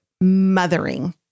mothering